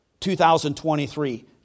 2023